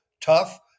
tough